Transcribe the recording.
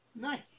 Nice